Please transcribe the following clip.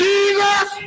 Jesus